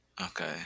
Okay